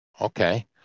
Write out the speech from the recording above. Okay